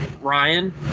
Ryan